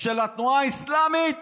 של התנועה האסלאמית,